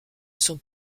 sont